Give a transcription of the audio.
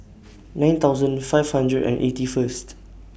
nine thousand five hundred and eighty First